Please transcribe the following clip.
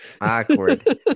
Awkward